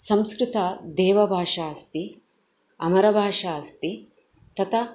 संस्कृतं देवभाषा अस्ति अमरभाषा अस्ति तथा